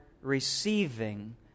receiving